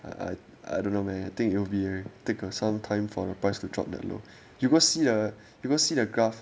I I I don't know man I think it'll be a take some time for the price to drop that low you go see the go see the graph